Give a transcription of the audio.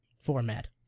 format